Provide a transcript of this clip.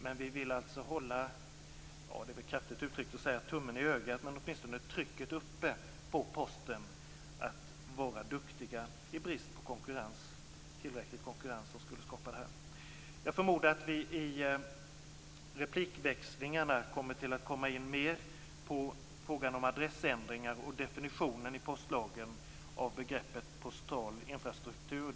Men vi vill alltså hålla - det är väl kraftigt uttryckt att säga tummen i ögat - åtminstone trycket uppe på Posten att vara duktig i brist på tillräcklig konkurrens som skulle kunna skapa detta förhållande. Jag förmodar att vi i replikväxlingarna kommer in mer på frågan om adressändringar och definitionen i postlagen av begreppet postal infrastruktur.